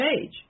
page